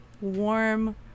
warm